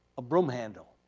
a broom handle